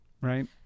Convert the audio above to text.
right